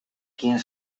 quién